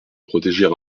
protéger